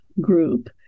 group